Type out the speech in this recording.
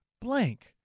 blank